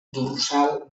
dorsal